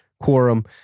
quorum